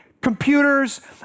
computers